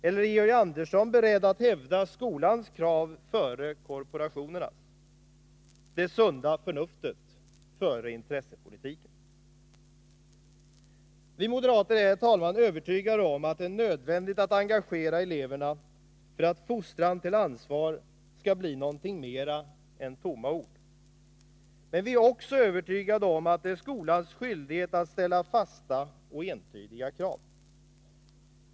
Eller är Georg Andersson beredd att hävda skolans krav före korporationernas, det sunda förnuftet före intressepolitiken? Vi moderater är, herr talman, övertygade om att det är nödvändigt att engagera eleverna för att fostran till ansvar skall bli någonting mera än tomma ord. Men vi är också övertygade om att det är skolans skyldighet att ställa fasta och entydiga krav.